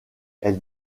elle